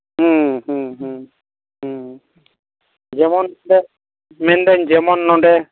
ᱦᱩᱸ ᱦᱩᱸ ᱦᱩᱸ ᱦᱩᱸ ᱡᱮᱢᱚᱱ ᱱᱚᱰᱮ ᱢᱮᱱᱫᱟᱹᱧ ᱡᱮᱢᱚᱱ ᱱᱚᱰᱮ